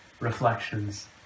Reflections